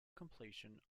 completion